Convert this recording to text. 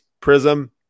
prism